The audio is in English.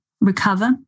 recover